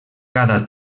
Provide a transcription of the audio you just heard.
cada